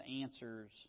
answers